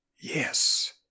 yes